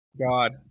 God